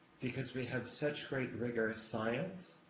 because we have such great, rigorous science,